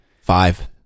Five